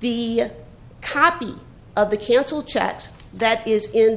the copy of the cancelled checks that is in